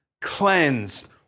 cleansed